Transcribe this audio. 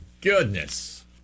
goodness